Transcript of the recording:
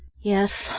yes.